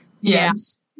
Yes